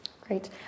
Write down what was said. Great